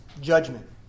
judgment